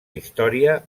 història